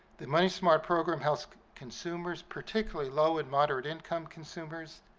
the money smart program helps consumers, particularly low and moderate-income consumers,